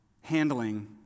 handling